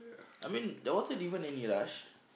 I mean there wasn't even any rush